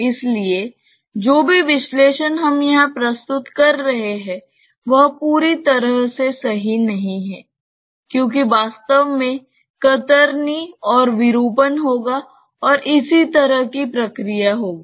इसलिए जो भी विश्लेषण हम यहां प्रस्तुत कर रहे हैं वह पूरी तरह से सही नहीं है क्योंकि वास्तव में कतरनी और विरूपण होगा और इसी तरह की प्रक्रिया होगी